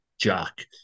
Jack